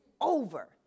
over